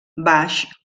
baix